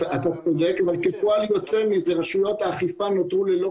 אתה צודק אבל כפועל יוצא מזה רשויות האכיפה נותרו ללא